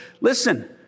Listen